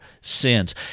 sins